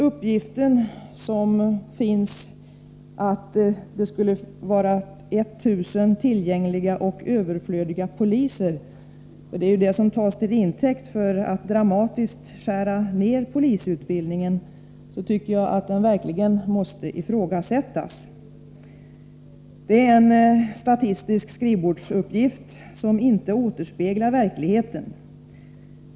Uppgiften att det skulle finnas 1 000 tillgängliga och överflödiga poliser tas till intäkt för att dramatiskt skära ned polisutbildningen, men jag tycker verkligen att den uppgiften måste ifrågasättas. Den är en statistisk skrivbordsprodukt som inte återspeglar verkligheten.